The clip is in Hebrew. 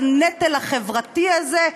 בנטל החברתי הזה,